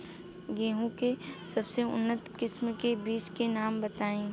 गेहूं के सबसे उन्नत किस्म के बिज के नाम बताई?